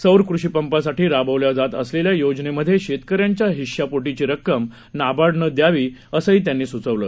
सौर कृषीपंपांसाठी राबवल्या जात असलेल्या योजनेमध्ये शेतकऱ्यांच्या हिश्यापोटीची रक्कम नाबार्डनं द्यावी असंही त्यांनी सुचवलं